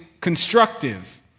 constructive